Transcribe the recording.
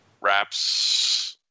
wraps